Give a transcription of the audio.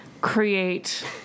create